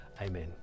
Amen